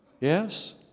Yes